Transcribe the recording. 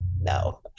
no